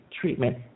treatment